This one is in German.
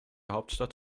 hauptstadt